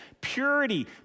purity